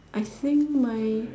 I think my